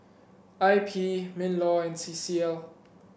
I P Minlaw and C C L